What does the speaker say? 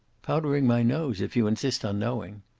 powdering my nose, if you insist on knowing.